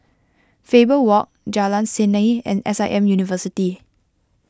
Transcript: Faber Walk Jalan Seni and S I M University